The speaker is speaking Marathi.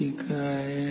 ती काय आहे